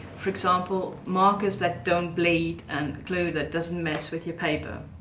for example markers that don't bleed and glue that doesn't mess with your paper.